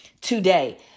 today